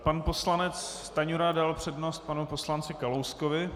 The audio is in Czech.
Pan poslanec Stanjura dal přednost panu poslanci Kalouskovi.